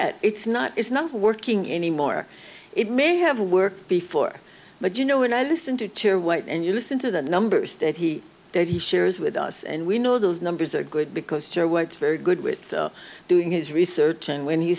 at it's not it's not working anymore it may have worked before but you know when i listen to your what and you listen to the numbers that he that he shares with us and we know those numbers are good because joe works very good with doing his research and when he